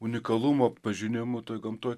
unikalumo pažinimu toj gamtoj